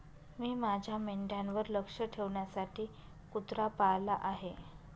मी माझ्या मेंढ्यांवर लक्ष ठेवण्यासाठी कुत्रा पाळला आहे